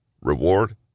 Reward